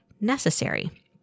necessary